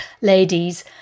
ladies